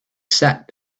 set